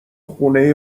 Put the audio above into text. خونه